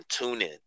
TuneIn